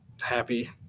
happy